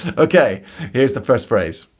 okay here's the first phrase.